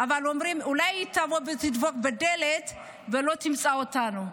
אבל אומרים: אולי היא תבוא ותדפוק בדלת ולא תמצא אותנו.